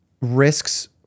Risks